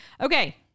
Okay